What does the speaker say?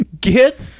Get